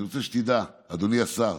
אני רוצה שתדע, אדוני השר,